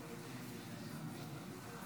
אדוני היושב בראש,